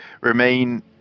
remain